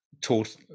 taught